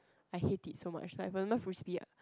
I hate it so much I remember frisbee